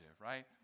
right